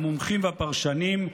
המומחים והפרשנים,